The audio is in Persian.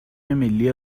ملی